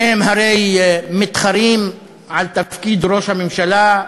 שניהם הרי מתחרים על תפקיד ראש הממשלה,